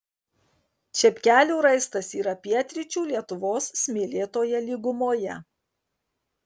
čepkelių raistas yra pietryčių lietuvos smėlėtoje lygumoje